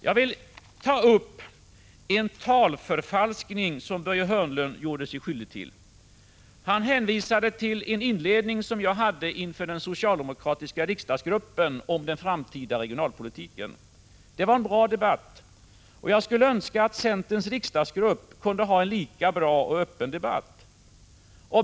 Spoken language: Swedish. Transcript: Jag vill ta upp en talförfalskning, som Börje Hörnlund gjorde sig skyldig till när han hänvisade till en inledning som jag hade inför den socialdemokratiska riksdagsgruppen om den framtida regionalpolitiken. Det var en bra debatt. Jag skulle önska att centerns riksdagsgrupp kunde ha en lika bra och öppen debatt.